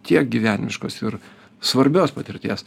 tiek gyvenimiškos ir svarbios patirties